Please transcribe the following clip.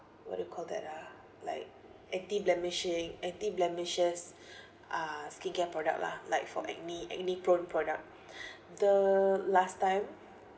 what do you call that ah like anti-blemishing anti-blemishes uh skincare product lah like for acne acne prone product the last time